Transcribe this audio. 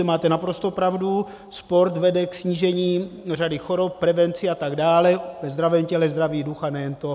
Máte naprostou pravdu, sport vede ke snížení řady chorob, prevenci a tak dále, ve zdravém těle zdravý duch a nejen to.